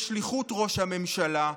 בשליחות ראש הממשלה,